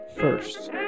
first